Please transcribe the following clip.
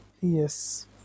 yes